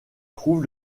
trouve